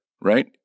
right